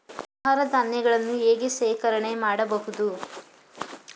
ಆಹಾರ ಧಾನ್ಯಗಳನ್ನು ಹೇಗೆ ಶೇಖರಣೆ ಮಾಡಬಹುದು?